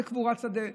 בקבורת שדה,